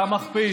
חטא המרגלים,